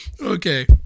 Okay